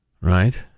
Right